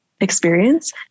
experience